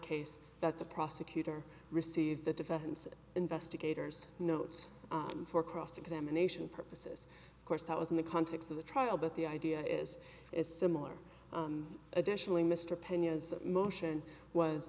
case that the prosecutor receives the defendant's investigator's notes for cross examination purposes of course that was in the context of the trial but the idea is is similar additionally mr pena's motion was